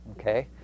Okay